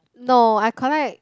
no I collect